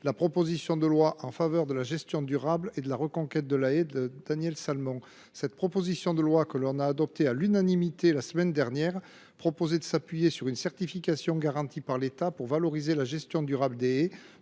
la proposition de loi en faveur de la gestion durable et de la reconquête de la haie de notre collègue Daniel Salmon. Cette proposition de loi, adoptée à l’unanimité par le Sénat la semaine dernière, repose sur une certification garantie par l’État pour valoriser la gestion durable des haies,